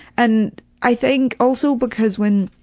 and i think also because when,